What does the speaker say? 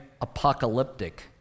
apocalyptic